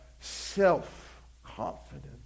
self-confidence